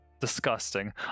disgusting